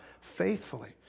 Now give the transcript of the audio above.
faithfully